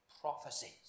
prophecies